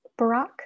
Barack